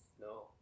no